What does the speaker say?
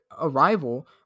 arrival